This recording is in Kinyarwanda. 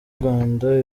rwanda